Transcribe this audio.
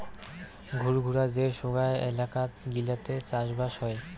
ঘুরঘুরা যে সোগায় এলাকাত গিলাতে চাষবাস হই